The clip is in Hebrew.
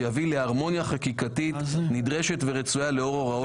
ויביא להרמוניה חקיקתית נדרשת ורצויה לאור הוראות חוקים אלו.